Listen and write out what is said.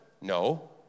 No